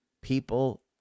People